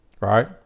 Right